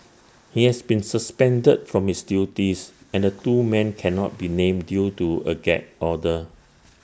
he has been suspended from his duties and the two men cannot be named due to A gag order